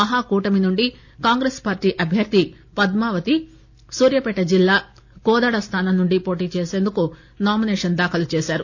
మహాకూటమి నుండి కాంగ్రెస్ పార్టీ అభ్యర్ది పద్మావతి సూర్యాపేట జిల్లా కోదాడ స్దానం నుండి పోటీ చేసందుకు నామినేషన్ దాఖలు చేశారు